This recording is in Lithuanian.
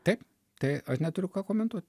taip tai aš neturiu ką komentuot